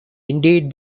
indeed